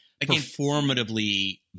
performatively